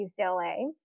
UCLA